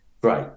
great